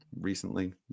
recently